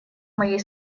моей